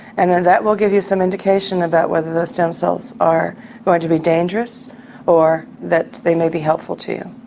and then that will give you some indication about whether those stem cells are going to be dangerous or that they may be helpful to you.